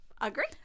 Agree